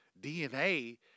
DNA